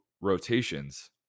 rotations